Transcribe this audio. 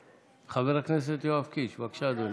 חבר הכנסת יואב קיש, בבקשה, אדוני.